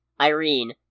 Irene